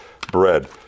bread